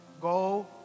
Go